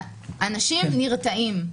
אנשים נרתעים.